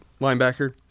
linebacker